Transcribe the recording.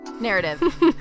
narrative